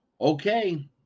Okay